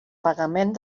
pagament